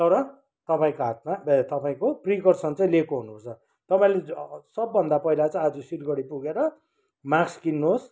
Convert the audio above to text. तर तपाईँको हातमा ए तपाईँको प्रिकर्सन चाहिँ लिएको हुनुपर्छ तपाईँले सबभन्दा पहिला चाहिँ आज सिलगढी पुगेर मास्क किन्नुहोस्